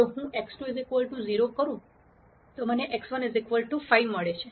જો હું x2 0 set કરું તો મને x1 5 મળે છે